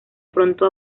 pronto